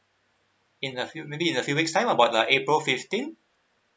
in a few maybe in a few weeks time about uh april fifteen